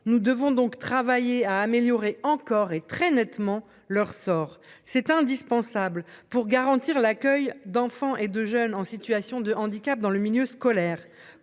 Nous devons donc travailler à améliorer encore et très nettement leur sort c'est indispensable pour garantir l'accueil d'enfants et de jeunes en situation de handicap dans le milieu scolaire.